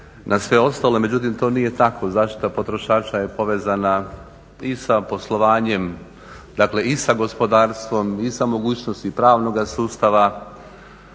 na sve ostalo. Međutim to nije tako, zaštita potrošača je povezana i sa poslovanjem dakle i sa gospodarstvom i sa mogućnosti pravnoga sustava,